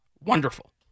wonderful